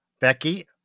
Becky